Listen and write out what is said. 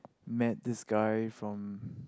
met this guy from